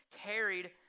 carried